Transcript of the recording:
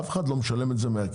אף אחד לא משלם את זה מהכיס.